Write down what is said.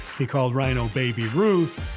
he called ryno baby ruth.